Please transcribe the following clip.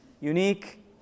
unique